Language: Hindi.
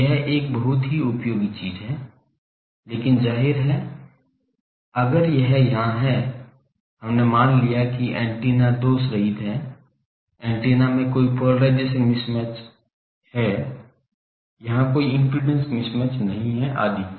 तो यह एक बहुत ही उपयोगी चीज है लेकिन जाहिर है अगर यह यहाँ हैं हमने मान लिया है कि एंटीना दोषरहित हैं एंटीना में कोई पोलेराइजेशन मिसमैच हैं यहाँ कोई इम्पिडेन्स मिसमैच नहीं हैं आदि